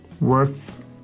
worth